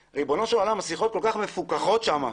ריבונו של עולם, השיחות כל כך מפוקחות שם,